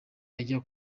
ajya